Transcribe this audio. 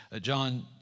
John